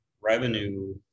revenue